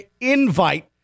invite